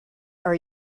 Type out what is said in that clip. are